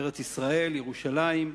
ארץ-ישראל, ירושלים,